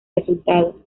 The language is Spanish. resultado